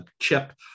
chip